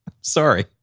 Sorry